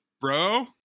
Bro